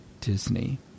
Disney